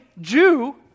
Jew